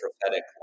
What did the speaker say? prophetic